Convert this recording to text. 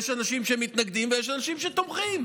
יש אנשים שמתנגדים ויש אנשים שתומכים.